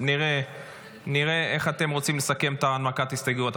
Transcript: נראה איך אתם רוצים לסכם את הנמקת ההסתייגויות.